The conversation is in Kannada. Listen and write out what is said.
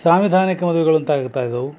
ಸಾಂವಿಧಾನಿಕ ಮದುವೆಗಳು ಅಂತ ಆಗ್ತಾ ಇದಾವು